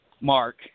mark